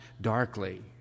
darkly